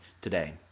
today